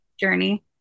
journey